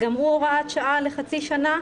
גם הוא הוראת שעה לחצי שנה,